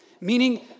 Meaning